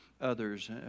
others